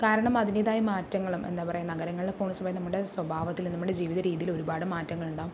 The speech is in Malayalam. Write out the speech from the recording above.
കാരണം അതിൻറ്റേതായ മാറ്റങ്ങളും എന്താ പറയാ നഗരങ്ങളിൽ പോവണ സമയത്ത് നമ്മുടെ സ്വഭാവത്തിൽ നമ്മുടെ ജീവിത രീതിയിൽ ഒരുപാട് മാറ്റങ്ങളുണ്ടാവും